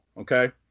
okay